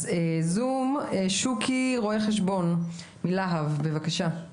זום שוקי, רואה חשבון מלהב, בבקשה.